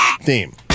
Theme